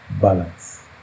balance